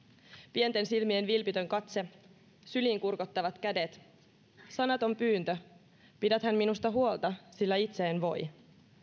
pienten silmien vilpitön katse syliin kurkottavat kädet sanaton pyyntö pidäthän minusta huolta sillä itse en voi